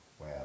Wow